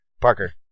Parker